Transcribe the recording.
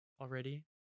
already